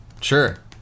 sure